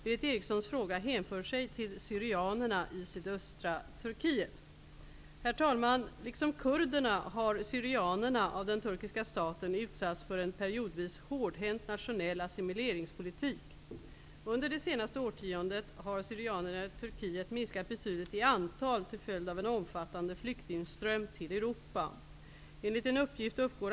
Berith Erikssons fråga hänför sig till syrianerna i sydöstra Turkiet. Liksom kurderna har syrianerna av den turkiska staten utsatts för en periodvis hårdhänt nationell assimileringspolitik. Under det senaste årtiondet har syrianerna i Turkiet minskat betydligt i antal till följd av en omfattande flyktingström till Europa.